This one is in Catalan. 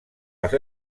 les